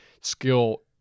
skill